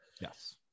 Yes